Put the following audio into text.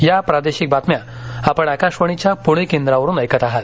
या प्रादेशिक बातम्या आपण आकाशवाणीच्या पुणे केंद्रावरुन ऐकत आहात